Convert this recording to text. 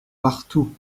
partout